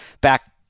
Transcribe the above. back